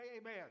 amen